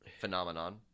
phenomenon